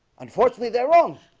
unfortunately, they're wrong